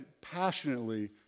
passionately